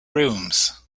rooms